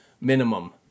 minimum